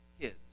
kids